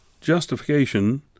justification